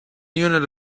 unit